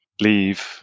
leave